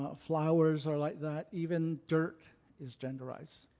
ah flowers are like that. even dirt is genderized.